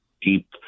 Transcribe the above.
deep